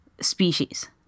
species